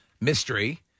mystery